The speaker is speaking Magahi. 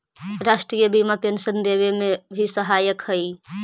राष्ट्रीय बीमा पेंशन देवे में भी सहायक हई